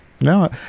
No